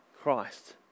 Christ